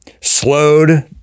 slowed